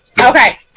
Okay